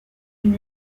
une